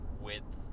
width